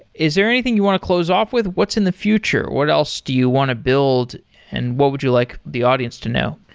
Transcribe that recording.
is there anything you want to close off with? what's in the future? what else do you want to build and what would you like the audience to know?